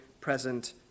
present